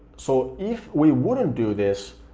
so if we wouldn't do this,